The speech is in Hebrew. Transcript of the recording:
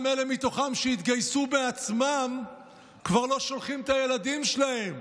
גם אלה מתוכם שהתגייסו בעצמם כבר לא שולחים את הילדים שלהם,